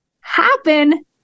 happen